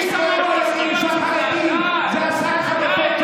מספיק שמענו אותך, מספיק, די, לך כבר.